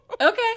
Okay